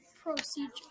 procedure